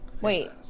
Wait